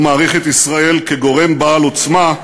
הוא מעריך את ישראל כגורם בעל עוצמה,